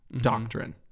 doctrine